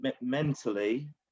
mentally